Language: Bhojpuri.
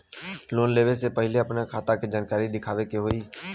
लोन लेवे से पहिले अपने खाता के जानकारी दिखावे के होई?